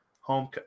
Home